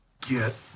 Get